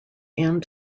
and